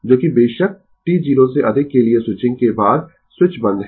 जोकि बेशक t 0 से अधिक के लिए स्विचिंग के बाद स्विच बंद है